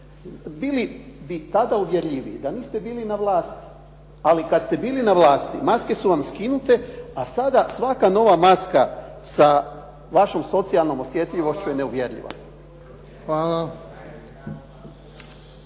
Bili bi tada uvjerljiviji da niste bili na vlasti, ali kad ste bili na vlasti, maske su vam skinute, a sad svaka nova maska sa vašom socijalnom osjetljivosti je neuvjerljiva.